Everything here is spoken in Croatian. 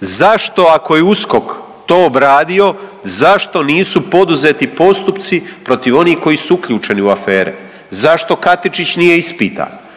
Zašto ako je USKOK to obradio zašto nisu poduzeti postupci protiv oni koji su uključeni u afere? Zašto Katičić nije ispitan?